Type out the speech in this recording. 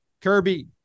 Kirby